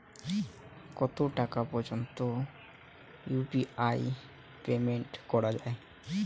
কত টাকা পর্যন্ত ইউ.পি.আই পেমেন্ট করা যায়?